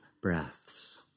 breaths